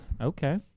Okay